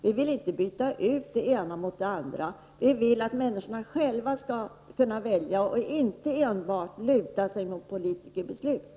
Vi vill inte byta ut det ena mot det andra, men vi vill att människor skall kunna välja och inte enbart luta sig mot politikerbeslut.